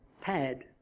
pad